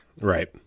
Right